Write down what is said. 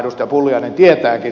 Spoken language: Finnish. pulliainen tietääkin